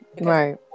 Right